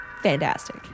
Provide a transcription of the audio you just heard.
Fantastic